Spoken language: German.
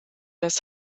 das